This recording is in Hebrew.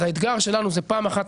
הרי האתגר שלנו זה פעם אחת,